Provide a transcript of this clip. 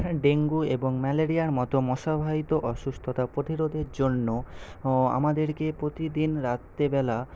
dengue এবং ম্যালেরিয়ার মতো মশাবাহিত অসুস্থতা প্রতিরোধের জন্য আমাদেরকে প্রতিদিন রাত্রেবেলা